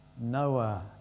Noah